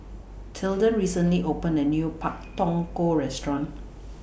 Tilden recently opened A New Pak Thong Ko Restaurant